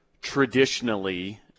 traditionally